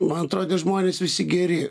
man atrodė žmonės visi geri